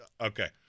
okay